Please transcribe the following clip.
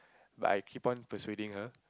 but I keep on persuading her